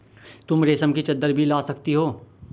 तुम रेशम की चद्दर भी ला सकती हो